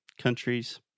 countries